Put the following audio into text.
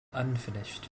unfinished